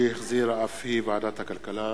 שהחזירה ועדת הכלכלה.